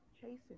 chasing